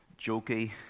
jokey